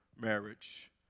marriage